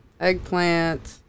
Eggplant